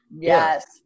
Yes